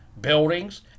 buildings